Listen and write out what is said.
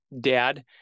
dad